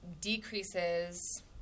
decreases